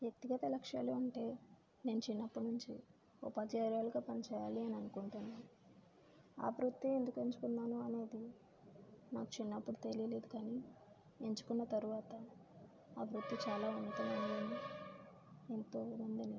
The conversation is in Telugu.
వ్యక్తిగత లక్ష్యాలు అంటే నేను చిన్నప్పటి నుంచి ఉపాధ్యాయురాలిగా పని చేయాలి అని అనుకుంటున్నాను ఆ వృత్తే ఎందుకు ఎంచుకున్నాననేది నాకు చిన్నప్పుడు తెలియలేదు కానీ ఎంచుకున్న తర్వాత ఆ వృత్తి అభివృద్ధి చాలా ఉన్నతమైందని ఎంతోమందిని